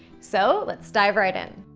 so let's dive right in.